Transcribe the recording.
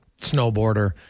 snowboarder